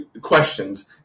questions